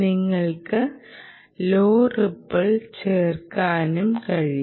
നിങ്ങൾക്ക് low ripple ചേർക്കാനും കഴിയും